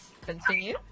Continue